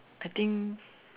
I think